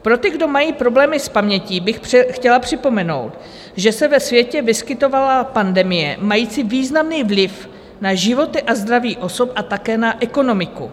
Pro ty, kdo mají problémy s pamětí, bych chtěla připomenout, že se ve světě vyskytovala pandemie mající významný vliv na životy a zdraví osob a také na ekonomiku.